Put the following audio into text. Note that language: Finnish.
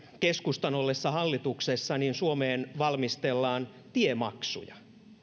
keskustan ollessa hallituksessa suomeen valmistellaan tiemaksuja